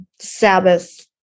Sabbath